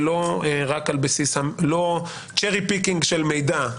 ולא רק על בסיס לא צ'רי פיקינג של מידע,